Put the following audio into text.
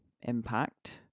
impact